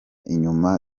inyuma